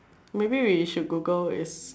maybe we should Google if